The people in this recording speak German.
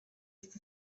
ist